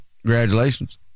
congratulations